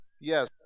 Yes